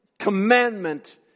commandment